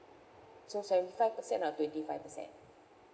so sorry five percent or twenty five percent